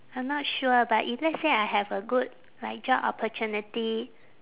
I'm not sure but if let's say I have a good like job opportunity